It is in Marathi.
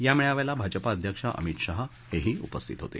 या मेळाव्याला भाजपा अध्यक्ष अमित शहा हेही उपस्थित होते